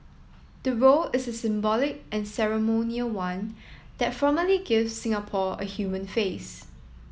the role is a symbolic and ceremonial one that formally gives Singapore a human face